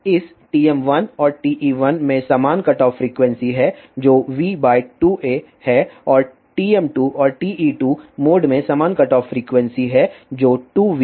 और इस TM1 और TE1 में समान कटऑफ फ्रीक्वेंसी है जो v2a है और TM2 और TE2 मोड में समान कटऑफ फ्रीक्वेंसी है जो 2v2aहै